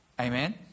Amen